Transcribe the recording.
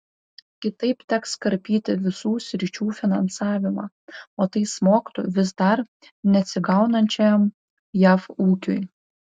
kitaip teks karpyti visų sričių finansavimą o tai smogtų vis dar neatsigaunančiam jav ūkiui